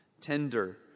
tender